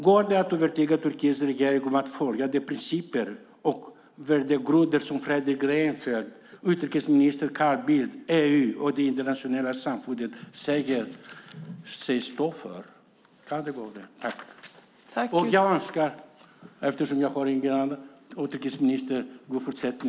Går det att övertyga Turkiets regering om att följa de principer och värdegrunder som statsminister Fredrik Reinfeldt, utrikesminister Carl Bildt, EU och det internationella samfundet säger sig stå för? Till sist önskar jag utrikesministern god fortsättning.